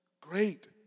Great